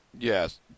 Yes